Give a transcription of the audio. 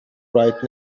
right